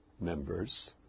members